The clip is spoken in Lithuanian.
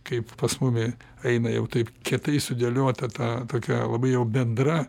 kaip pas mumi eina jau taip kietai sudėliota ta tokia labai jau bendra